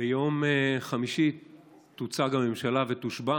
אדוני היושב-ראש, ביום חמישי תוצג הממשלה ותושבע.